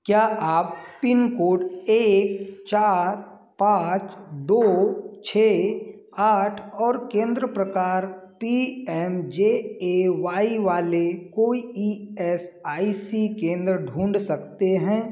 क्या आप pin code एक चार पाँच दो छः आठ और केंद्र प्रकार P M J A Y वाले कोई ई एस आई सी केंद्र ढूँढ सकते हैं